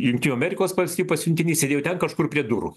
jungtinių amerikos valstijų pasiuntinys sėdėjo ten kažkur prie durų